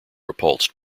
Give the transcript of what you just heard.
repulsed